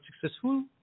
successful